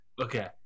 Okay